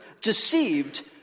deceived